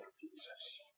Jesus